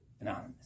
Anonymous